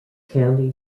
county